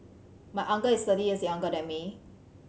my uncle is thirty years younger than me